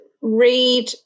read